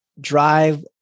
drive